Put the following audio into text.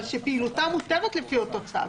אבל שפעילותם מותרת לפי אותו צו.